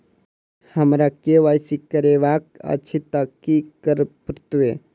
हमरा केँ Y C करेवाक अछि तऽ की करऽ पड़तै?